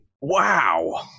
Wow